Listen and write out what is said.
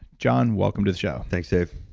john, welcome to the show. thanks, dave.